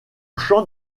champ